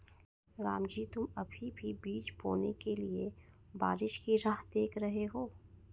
रामजी तुम अभी भी बीज बोने के लिए बारिश की राह देख रहे हो?